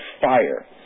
fire